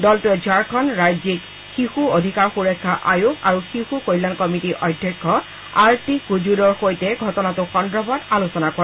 দলটোৱে ঝাৰখণ্ড ৰাজ্যিক শিশু অধিকাৰ সুৰক্ষা আয়োগ আৰু শিশু কল্যাণ কমিটীৰ অধ্যক্ষ আৰতি কুজুৰৰ সৈতে ঘটনাটো সন্দৰ্ভত আলোচনা কৰে